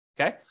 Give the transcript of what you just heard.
Okay